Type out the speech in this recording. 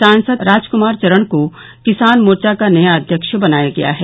सांसद श्री राजक्मार चरण को किसान मोर्चा का नया अध्यक्ष बनाया गया है